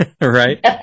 right